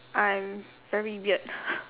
I'm very weird